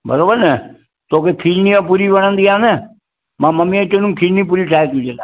बराबरि न तोखे खीरिणी ऐं पूड़ी वणंदी आहे न मां ममीअ खे चवंदुमि खीरिणी पूड़ी ठाहे तुंहिंजे लाइ